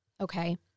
okay